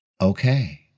okay